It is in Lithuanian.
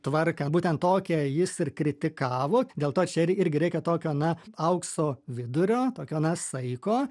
tvarką būtent tokią jis ir kritikavo dėl to čia ir irgi reikia tokio na aukso vidurio tokio na saiko